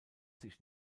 sich